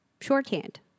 Shorthand